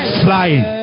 flying